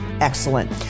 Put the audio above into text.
excellent